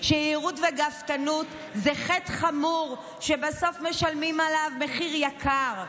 שיהירות וגאוותנות זה חטא חמור שבסוף משלמים עליו מחיר יקר.